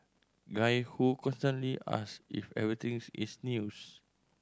guy who constantly ask if everythings is news